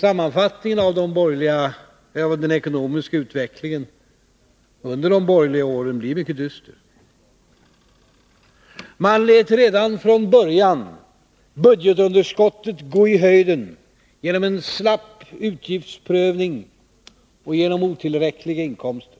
Sammanfattningen av den ekonomiska utvecklingen under de borgerliga åren blir mycket dyster. Man lät redan från början budgetunderskottet gå i höjden genom en slapp utgiftsprövning och genom otillräckliga inkomster.